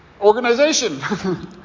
organization